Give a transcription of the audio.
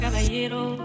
caballero